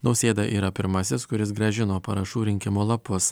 nausėda yra pirmasis kuris grąžino parašų rinkimo lapus